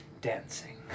dancing